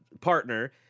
partner